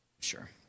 Sure